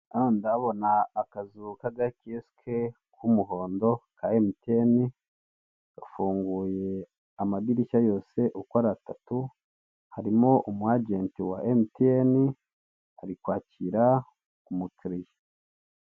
Hano ndahabona akazu k'agakiyosike k'umuhondo ka MTN, gafunguye amadirishya yose uko ari atatu, harimo umwajenti wa MTN, ari kwakira umukiriya.